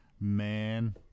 Man